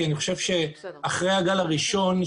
כי אני חושב שאחרי הגל הראשון,